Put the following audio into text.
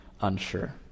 unsure